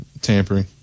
tampering